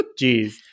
Jeez